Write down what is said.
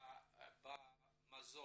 השינוי במזון,